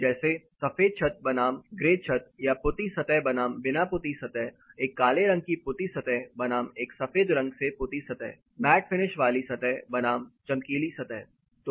जैसे सफेद छत बनाम ग्रे छत या पुती सतह बनाम बिना पुती सतह एक काले रंग की पुती सतह बनाम एक सफ़ेद रंग से पुती सतह मैट फिनिश वाली सतह बनाम चमकीली सतह